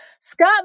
scott